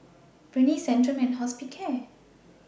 Rene Centrum and Hospicare